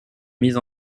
mise